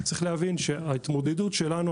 צריך להבין שההתמודדות שלנו,